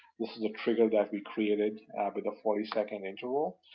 this is the trigger that we created with a forty second interval.